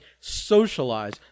socialize